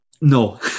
no